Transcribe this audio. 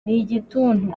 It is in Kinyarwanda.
n’igituntu